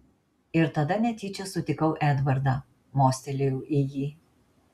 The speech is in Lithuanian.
ir tada netyčia sutikau edvardą mostelėjau į jį